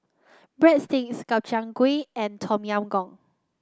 Breadsticks Gobchang Gui and Tom Yam Goong